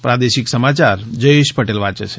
પ્રાદેશિક સમાચાર જયેશ પટેલ વાંચે છે